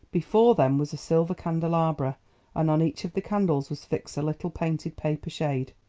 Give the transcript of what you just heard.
before them was a silver candelabra and on each of the candles was fixed a little painted paper shade.